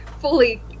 fully